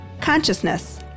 consciousness